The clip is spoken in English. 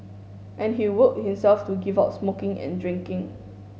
and he willed himself to give up smoking and drinking